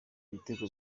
ibitego